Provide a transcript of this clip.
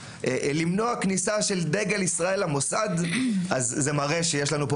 למנוע כניסה של דגל ישראל למוסד אז זה מראה שיש לנו פה